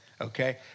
okay